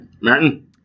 Martin